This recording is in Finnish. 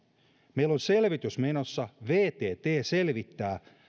meillä on selvitys menossa vatt selvittää